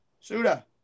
Suda